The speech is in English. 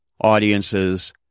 audiences